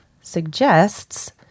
suggests